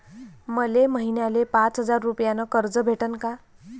मले महिन्याले पाच हजार रुपयानं कर्ज भेटन का?